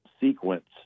sequence